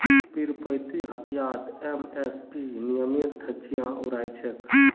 पीरपैंती हटियात एम.एस.पी नियमेर धज्जियां उड़ाई छेक